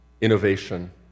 innovation